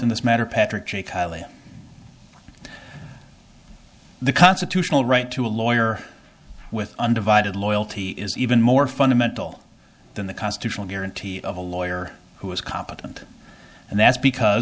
in this matter patrick j kiley the constitutional right to a lawyer with undivided loyalty is even more fundamental than the constitutional guarantee of a lawyer who is competent and that's because